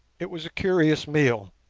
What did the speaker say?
it was a curious meal.